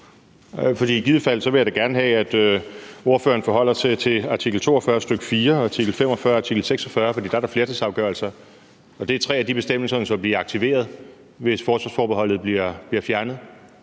For i givet fald vil jeg da gerne have, at ordføreren forholder sig til artikel 42, stk. 4, og til artikel 45 og artikel 46. For der er der flertalsafgørelser. Og det er tre af de bestemmelser, som vil blive aktiveret, hvis forsvarsforbeholdet bliver fjernet.